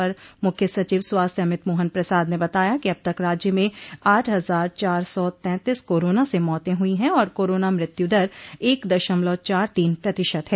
अपर मुख्य सचिव स्वास्थ्य अमित मोहन प्रसाद ने बताया कि अब तक राज्य में आठ हजार चार सौ तैंतीस कोरोना से मौतें हुई हैं और कोरोना मृत्यु दर एक दशमलव चार तीन प्रतिशत है